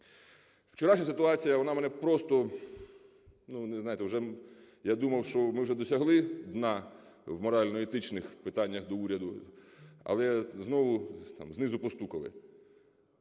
Вчорашня ситуація, вона мене просто… ви знаєте, уже я думав, що ми вже досягли дна в морально-етичних питаннях до уряду, але знову там знизу постукали: